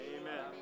Amen